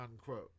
unquote